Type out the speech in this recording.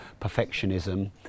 perfectionism